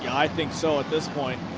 i think so at this point.